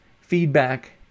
feedback